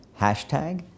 Hashtag